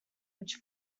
which